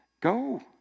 Go